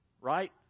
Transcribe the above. Right